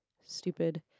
stupid